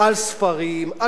על שירותים בסיסיים.